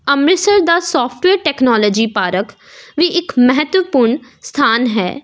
ਅੰਮ੍ਰਿਤਸਰ ਦਾ software technology park ਵੀ ਇੱਕ ਮਹੱਤਵਪੂਰਨ ਸਥਾਨ ਹੈ